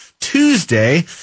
Tuesday